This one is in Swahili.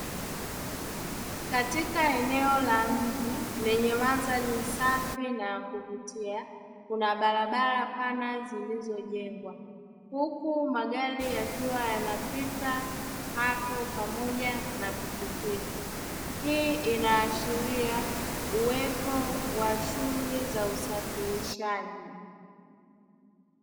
Katika eneo la mji lenye mandhari safi na ya kuvutia kuna barabara pana zilizojengwa, huku magari yakiwa yanapita hapo pamoja na pikipiki. Hii inaashiria uwepo wa shughuli za usafirishaji.